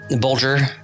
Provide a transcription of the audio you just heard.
Bulger